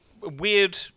weird